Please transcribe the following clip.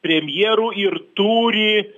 premjeru ir turi